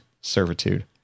servitude